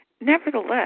Nevertheless